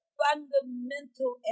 fundamental